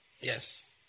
Yes